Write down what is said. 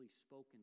spoken